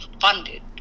funded